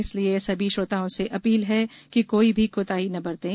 इसलिए सभी श्रोताओं से अपील है कि कोई भी कोताही न बरतें